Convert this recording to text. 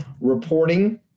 reporting